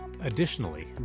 Additionally